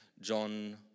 John